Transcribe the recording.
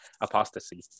apostasy